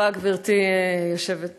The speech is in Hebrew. תודה רבה, גברתי היושבת-ראש.